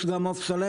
יש גם עוף שלם.